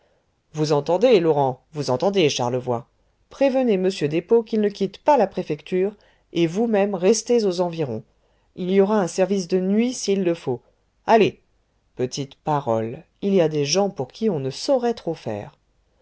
vous entendez laurent vous entendez charlevoy prévenez m despaux qu'il ne quitte pas la préfecture et vous-mêmes restez aux environs il y aura un service de nuit s'il le faut allez petite parole il y a des gens pour qui on ne saurait trop faire